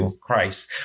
Christ